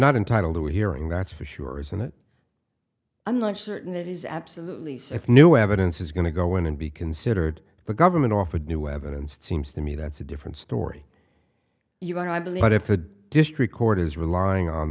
not entitled to a hearing that's for sure isn't it i'm not certain it is absolutely set new evidence is going to go in and be considered the government offered new evidence seems to me that's a different story you want i believe that if the district court is relying on